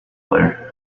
player